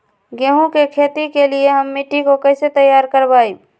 गेंहू की खेती के लिए हम मिट्टी के कैसे तैयार करवाई?